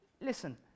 Listen